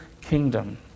kingdom